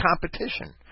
competition